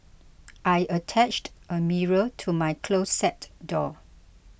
I attached a mirror to my closet door